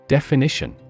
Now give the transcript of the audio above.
Definition